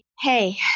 Hey